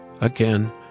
again